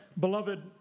Beloved